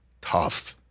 tough